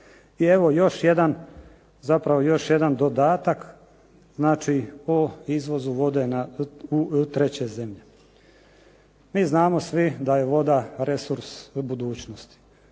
I evo još jedan dodatak o izvozu vode u treće zemlje. Mi znamo svi da je voda resurs budućnosti.